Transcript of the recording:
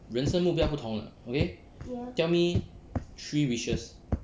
人生目标不同了 tell me three wishes